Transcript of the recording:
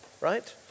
right